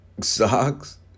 Socks